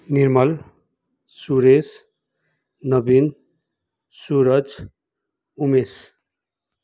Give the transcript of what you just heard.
Nirmal Suresh Naveen Suraj Umesh